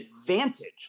advantage